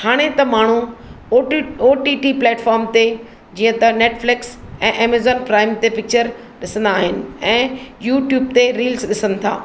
हाणे त माण्हू ओटी ओटीटी प्लेटफ़ॉम ते जीअं त नेटफ्लिक्स ऐं एमेज़ॉन प्राइम ते पिक्चर ॾिसंदा आहिनि ऐं यूट्यूब ते रील्स ॾिसनि था